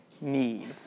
need